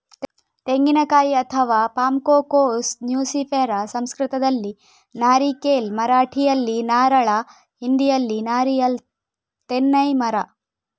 ತೆಂಗಿನಕಾಯಿ ಅಥವಾ ಪಾಮ್ಕೋಕೋಸ್ ನ್ಯೂಸಿಫೆರಾ ಸಂಸ್ಕೃತದಲ್ಲಿ ನಾರಿಕೇಲ್, ಮರಾಠಿಯಲ್ಲಿ ನಾರಳ, ಹಿಂದಿಯಲ್ಲಿ ನಾರಿಯಲ್ ತೆನ್ನೈ ಮರ